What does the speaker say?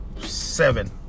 seven